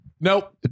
nope